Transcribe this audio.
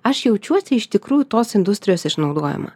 aš jaučiuosi iš tikrųjų tos industrijos išnaudojama